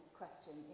question